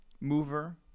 mover